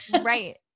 Right